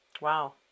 Wow